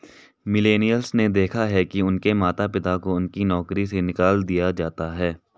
millennials ने देखा है कि उनके माता पिता को उनकी नौकरी से निकाल दिया जाता है